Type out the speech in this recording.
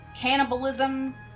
cannibalism